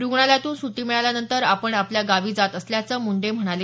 रुग्णालयातून सुटी मिळाल्यानंतर आपण आपल्या गावी जात असल्याचं मुंडे म्हणाले